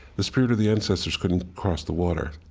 the spirit of the ancestors couldn't cross the water.